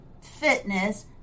fitness